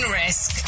risk